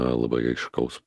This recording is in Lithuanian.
labai aiškaus